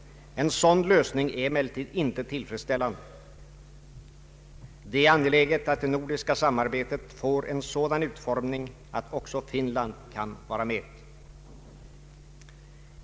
En sådan lösning är emellertid inte tillfredsställande. Det är högst angeläget att det nordiska samarbetet får en sådan utformning att också Finland kan vara med.